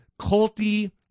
culty